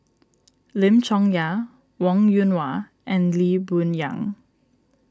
Lim Chong Yah Wong Yoon Wah and Lee Boon Yang